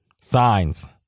signs